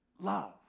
love